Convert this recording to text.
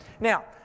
Now